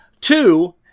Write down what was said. Two